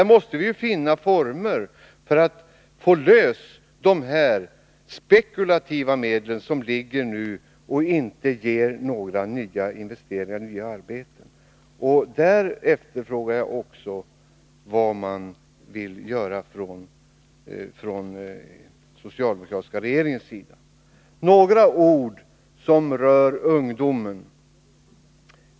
Vi måste finna former för att lösgöra de spekulativa medel som nu ligger och inte ger några nya investeringar och nya arbeten. Där frågar jag också vad den socialdemokratiska regeringen vill göra. Några ord som gäller ungdomen.